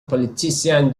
politician